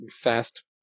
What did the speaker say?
Fast